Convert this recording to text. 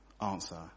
answer